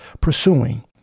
pursuing